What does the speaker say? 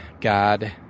God